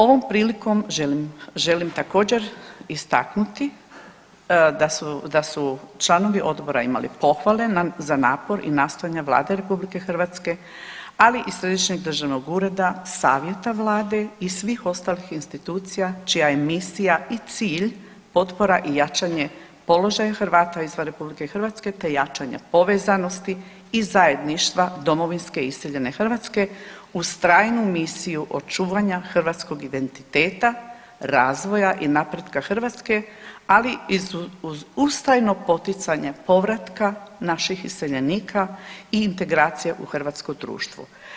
Ovom prilikom želim također istaknuti da su članovi Odbora imali pohvale za napor i nastojanje Vlade Republike Hrvatske ali i Središnjeg državnog ureda, Savjeta Vlade i svih ostalih institucija čija je misija i cilj potpora i jačanje položaja Hrvata izvan Republike Hrvatske te jačanja povezanosti i zajedništva domovinske iseljene Hrvatske uz trajnu misiju očuvanja hrvatskog identiteta, razvoja i napretka Hrvatske ali uz ustrajno poticanje povratka naših iseljenika i integracija u hrvatsko društvo.